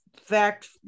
fact